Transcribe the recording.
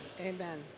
Amen